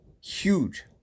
Huge